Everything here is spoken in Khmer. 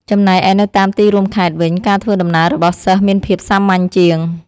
ចំណែកឯនៅតាមទីរួមខេត្តវិញ ការធ្វើដំណើររបស់សិស្សមានភាពសាមញ្ញជាង។